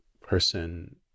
person